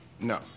No